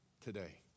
today